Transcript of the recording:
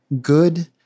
good